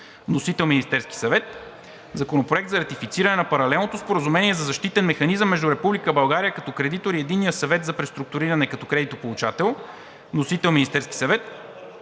Вносител – Министерският съвет. Законопроект за ратифициране на Паралелното споразумение за защитен механизъм между Република България като кредитор и Единния съвет за преструктуриране като кредитополучател. Вносител – Министерският съвет.